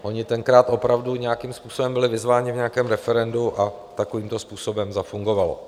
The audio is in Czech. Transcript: Oni tenkrát opravdu nějakým způsobem byli vyzváni v nějakém referendu a takovýmto způsobem zafungovalo.